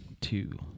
two